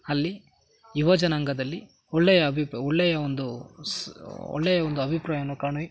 ಅಲ್ಲಿ ಯುವ ಜನಾಂಗದಲ್ಲಿ ಒಳ್ಳೆಯ ಅಬಿಪಾ ಒಳ್ಳೆಯ ಒಂದು ಸ್ ಒಳ್ಳೆಯ ಒಂದು ಅಭಿಪ್ರಾಯವನ್ನು ಕಾಣಿ